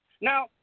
Now